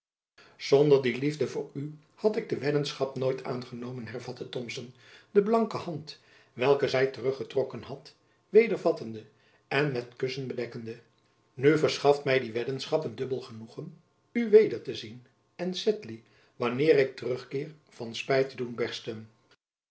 zonder die liefde voor u had ik de weddenschap nooit aangenomen hervatte thomson de blanke hand welke zy terug getrokken had weder vattende en met kussen bedekkende nu verschaft my die weddenschap een dubbel genoegen u weder te zien en sedley wanneer ik terugkeer van spijt te doen